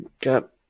got